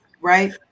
right